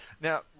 Now